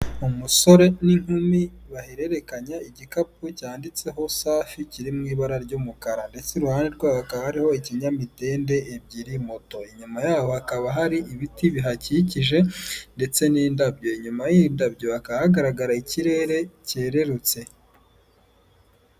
Umusore n'inkumi bahererekanya igikapu cyanditseho safi kiri mu ibara ry'umukara, ndetse iruhande rwabo hakaba hariho ikinyamitende ebyiri, moto, inyuma yaho hakaba hari ibiti bihakikije ndetse n'indabyo, inyuma y'indabyo hakaba hagaragara ikirere cyererutse.